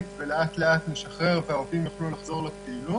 ולאט-לאט נשחרר והעובדים יוכלו לחזור לפעילות.